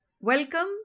Welcome